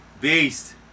Beast